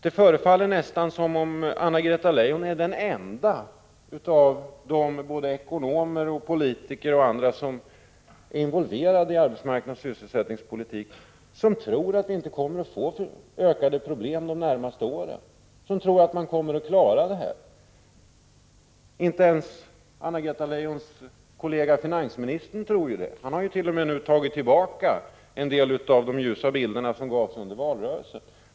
Det förefaller nästan som om Anna-Greta Leijon är den enda av såväl ekonomer som politiker och andra involverade i arbetsmarknadsoch sysselsättningspolitiken som tror att vi inte kommer att få ökade problem under de närmaste åren, utan att vi kommer att klara det här. Inte ens Anna-Greta Leijons kollega finansministern tror det. Han har ju nu t.o.m. tagit tillbaka en del av de ljusa bilder som gavs under valrörelsen.